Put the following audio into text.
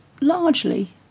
largely